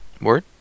Word